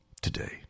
Today